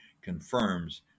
confirms